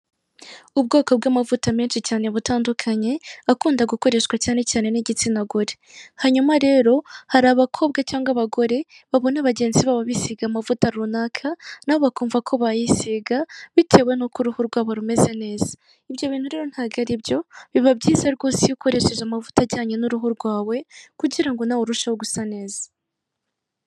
Ubwoko bw'amavuta menshi cyane butandukanye akunda gukoreshwa cyane cyane n'igitsina gore, hanyuma rero hari abakobwa cyangwa abagore babone bagenzi babo bisiga amavuta runaka nabo bakumva ko bayisiga bitewe n'uko uruhu rwabo rumeze neza, ibyo bintu rero ntago aribyo biba byiza iyo rwose iyo ukoresheje amavuta ajyanye n'uruhu rwawe kugira ngo nawe urusheho gusa neza.